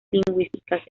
lingüísticas